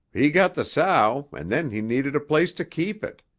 he got the sow and then he needed a place to keep it.